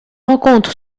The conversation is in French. rencontre